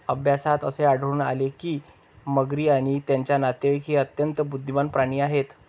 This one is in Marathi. अभ्यासात असे आढळून आले आहे की मगरी आणि त्यांचे नातेवाईक हे अत्यंत बुद्धिमान प्राणी आहेत